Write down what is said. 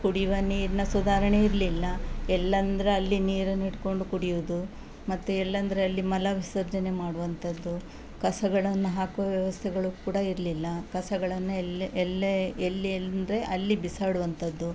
ಕುಡಿಯುವ ನೀರಿನ ಸುಧಾರಣೆ ಇರಲಿಲ್ಲ ಎಲ್ಲಂದ್ರೆ ಅಲ್ಲಿ ನೀರನ್ನು ಹಿಡಕೊಂಡು ಕುಡಿಯೋದು ಮತ್ತೆ ಎಲ್ಲೆಂದ್ರೆ ಅಲ್ಲಿ ಮಲ ವಿಸರ್ಜನೆ ಮಾಡುವಂತದ್ದು ಕಸಗಳನ್ನು ಹಾಕುವ ವ್ಯವಸ್ಥೆಗಳು ಕೂಡ ಇರಲಿಲ್ಲ ಕಸಗಳನ್ನು ಎಲ್ಲೆ ಎಲ್ಲೆ ಎಲ್ಲೆಂದ್ರೆ ಅಲ್ಲಿ ಬಿಸಾಡುವಂತದ್ದು